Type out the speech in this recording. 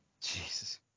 Jesus